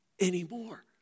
anymore